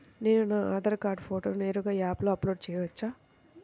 నేను నా ఆధార్ కార్డ్ ఫోటోను నేరుగా యాప్లో అప్లోడ్ చేయవచ్చా?